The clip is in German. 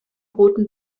roten